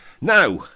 Now